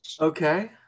Okay